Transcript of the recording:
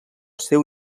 seu